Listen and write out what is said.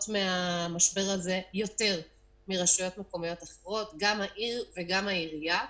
מהמשבר הזה יותר מרשויות מקומיות אחרות גם העיר וגם העירייה.